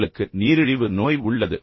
உங்களுக்கு நீரிழிவு நோய் உள்ளது